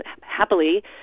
happily